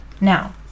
Now